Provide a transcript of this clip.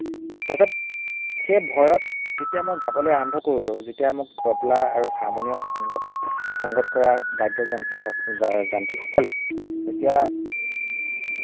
তাৰপিছত সেই ভয়ত যেতিয়া মই গাবলে আৰম্ভ কৰিলো যেতিয়া মোক তবলা আৰু হাৰমনিয়াম সংগত সংগত কৰা বাদ্য যন্ত্ৰ যান্ত্ৰীকসকলে যেতিয়া